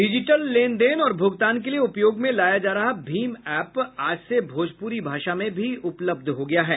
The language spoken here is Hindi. डिजिटल लेनदेन और भुगतान के लिये उपयोग में लाया जा रहा भीम एप्प आज से भोजपुरी भाषा में भी उपलब्ध हो गया है